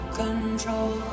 control